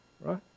right